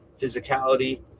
physicality